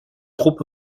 trop